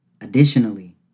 Additionally